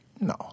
No